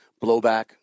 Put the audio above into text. blowback